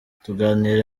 tuganira